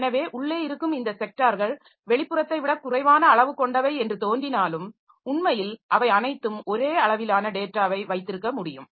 எனவே உள்ளே இருக்கும் இந்த ஸெக்டார்கள் வெளிப்புறத்தை விட குறைவான அளவு கொண்டவை என்று தோன்றினாலும் உண்மையில் அவை அனைத்தும் ஒரே அளவிலான டேட்டாவை வைத்திருக்க முடியும்